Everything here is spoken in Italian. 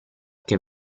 che